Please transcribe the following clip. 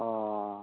অঁ